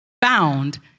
bound